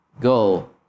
go